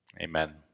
Amen